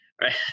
right